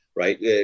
Right